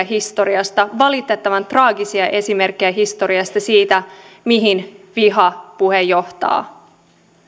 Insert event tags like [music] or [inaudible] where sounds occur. [unintelligible] historiasta valitettavan traagisia esimerkkejä historiasta siitä mihin vihapuhe johtaa